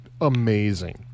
amazing